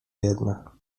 jedna